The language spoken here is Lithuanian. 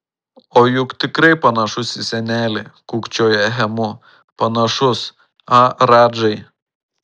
o juk tikrai panašus į senelį kūkčioja hemu panašus a radžai